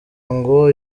ngo